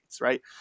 right